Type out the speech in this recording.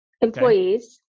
employees